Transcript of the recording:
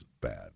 bad